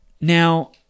Now